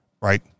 right